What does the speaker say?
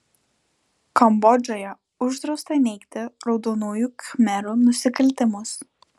kambodžoje uždrausta neigti raudonųjų khmerų nusikaltimus